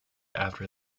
after